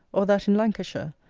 or that in lancashire,